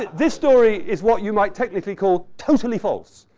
this story is what you might technically call totally false.